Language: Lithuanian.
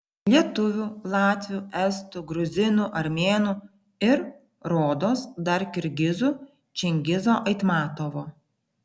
lietuvių latvių estų gruzinų armėnų ir rodos dar kirgizų čingizo aitmatovo